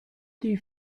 die